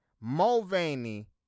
mulvaney